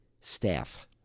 Staff